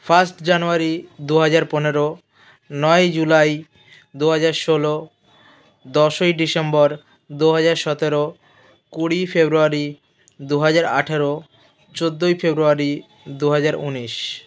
first January দুহাজার পনেরো নয় জুলাই দুহাজার ষোলো দশই ডিসেম্বর দুহাজার সতেরো কুড়ি ফেব্রুয়ারি দুহাজার আঠারো চৌদ্দই ফেব্রুয়ারি দুহাজার উনিশ